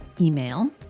email